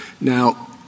Now